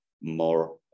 more